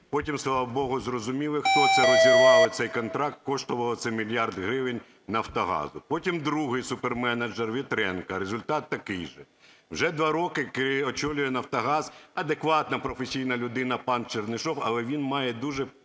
потім, слава богу, зрозуміли, хто це, розірвали цей контракт, коштувало це мільярд гривень Нафтогазу. Потім другий суперменеджер Вітренко, результат такий же. Вже 2 роки очолює Нафтогаз адекватна професійна людина пан Чернишов, але він має дуже